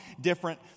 different